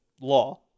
law